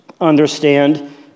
understand